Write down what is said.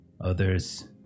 others